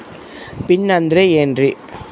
Pin ಅಂದ್ರೆ ಏನ್ರಿ?